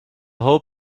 whole